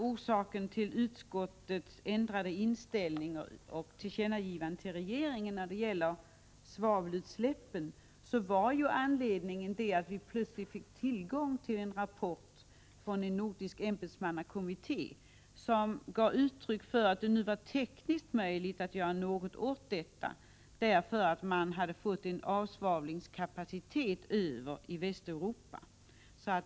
Orsaken till utskottets ändrade inställning och tillkännagivande till regeringen beträffande svavelutsläppen var att vi plötsligt fick tillgång till en rapport från en nordisk ämbetsmannakommitté, som gav uttryck för att det nu var tekniskt möjligt att göra någonting åt detta, därför att man hade fått en avsvavlingskapacitet över i Västeuropa.